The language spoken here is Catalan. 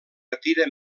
retira